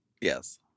Yes